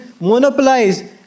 monopolize